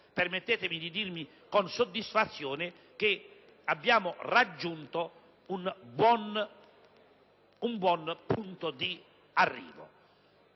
Permettetemi di dirvi con soddisfazione che abbiamo raggiunto un buon punto di arrivo.